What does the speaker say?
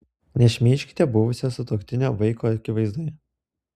nešmeižkite buvusio sutuoktinio vaiko akivaizdoje